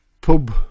pub